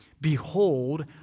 Behold